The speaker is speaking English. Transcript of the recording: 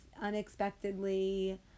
unexpectedly